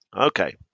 okay